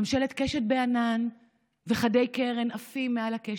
ממשלת קשת בענן וחדי-קרן עפים מעל לקשת.